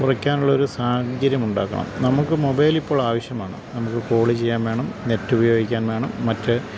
കുറയ്ക്കാനുള്ളൊരു സാഹചര്യം ഉണ്ടാക്കണം നമുക്ക് മൊബൈലിപ്പോൾ ആവശ്യമാണ് നമുക്ക് കോള് ചെയ്യാൻ വേണം നെറ്റുപയോഗിക്കാൻ വേണം മറ്റ്